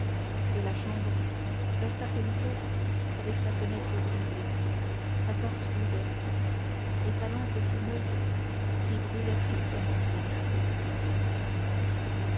et la chambre resta solitaire avec sa fenêtre brisée sa porte ouverte et sa lampe fumeuse qui brûlait tristement sur la table